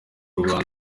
rwanda